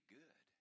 good